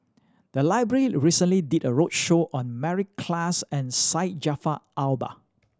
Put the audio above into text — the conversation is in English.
the library recently did a roadshow on Mary Klass and Syed Jaafar Albar